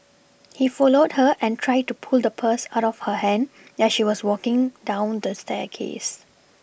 he followed her and tried to pull the purse out of her hand as she was walking down the staircase